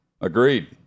Agreed